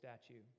statue